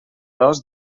dos